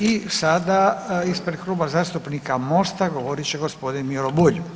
I sada ispred Kluba zastupnika Mosta govorit će gospodin Miro Bulj.